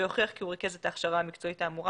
והוכיח כי הוא ריכז את ההכשרה המקצועית האמורה